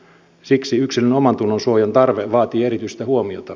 siksi yksilön omantunnonsuojan tarve vaatii erityistä huomiota